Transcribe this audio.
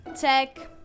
Check